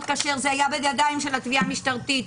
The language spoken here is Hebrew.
כאשר זה היה בידיים של התביעה המשטרתית.